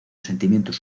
sentimientos